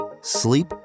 sleep